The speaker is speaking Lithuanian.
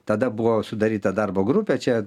tada buvo sudaryta darbo grupė čia